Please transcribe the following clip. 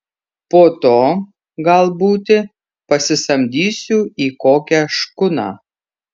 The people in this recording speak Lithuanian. po to gal būti parsisamdysiu į kokią škuną